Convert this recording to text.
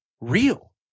real